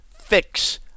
fix